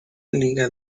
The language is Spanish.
liga